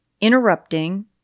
interrupting